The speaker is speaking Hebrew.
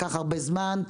לקח הרבה זמן,